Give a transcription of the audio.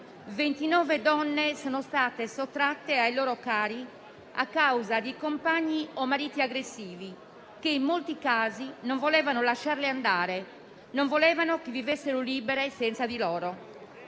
29 donne sono state sottratte ai propri cari a causa di compagni o mariti aggressivi, che in molti casi non volevano lasciarle andare e che vivessero libere senza di loro.